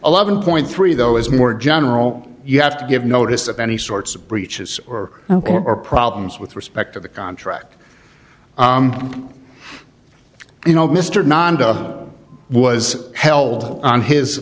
eleven point three though is more general you have to give notice of any sorts of breaches or or problems with respect to the contract you know mr nonda was held on his